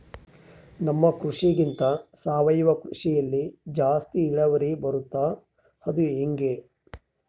ನಮ್ಮ ಕೃಷಿಗಿಂತ ಸಾವಯವ ಕೃಷಿಯಲ್ಲಿ ಜಾಸ್ತಿ ಇಳುವರಿ ಬರುತ್ತಾ ಅದು ಹೆಂಗೆ?